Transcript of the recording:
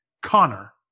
Connor